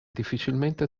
difficilmente